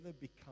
become